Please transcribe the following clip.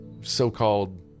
so-called